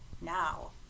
now